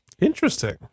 Interesting